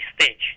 stage